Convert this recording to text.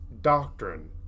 doctrine